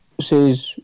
says